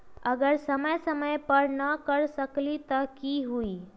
अगर समय समय पर न कर सकील त कि हुई?